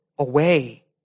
Away